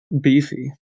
beefy